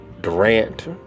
durant